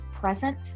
present